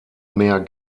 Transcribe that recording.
mehr